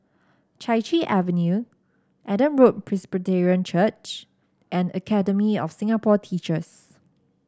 Chai Chee Avenue Adam Road Presbyterian Church and Academy of Singapore Teachers